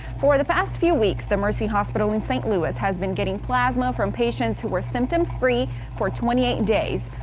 for the past few weeks the mercy hospital in saint louis. has been getting plasma from patients who are symptom free for twenty eight days.